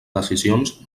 decisions